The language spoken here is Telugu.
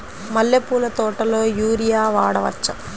మల్లె పూల తోటలో యూరియా వాడవచ్చా?